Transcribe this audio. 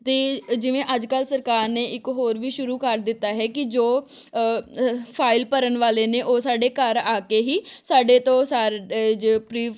ਅਤੇ ਜਿਵੇਂ ਅੱਜ ਕੱਲ੍ਹ ਸਰਕਾਰ ਨੇ ਇੱਕ ਹੋਰ ਵੀ ਸ਼ੁਰੂ ਕਰ ਦਿੱਤਾ ਹੈ ਕਿ ਜੋ ਫਾਈਲ ਭਰਨ ਵਾਲੇ ਨੇ ਉਹ ਸਾਡੇ ਘਰ ਆ ਕੇ ਹੀ ਸਾਡੇ ਤੋਂ ਸਾਰੇ ਜੋ ਪ੍ਰੀਫ